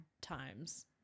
times